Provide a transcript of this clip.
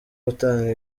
gutanga